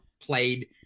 played